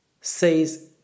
says